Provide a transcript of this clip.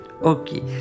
Okay